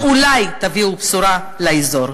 ואולי תביאו בשורה לאזור.